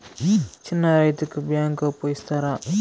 చిన్న రైతుకు బ్యాంకు అప్పు ఇస్తారా?